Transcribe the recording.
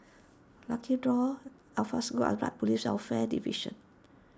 Lucky Door Afaswoo Arab Regulation and Police Welfare Division